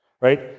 right